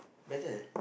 better than